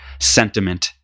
sentiment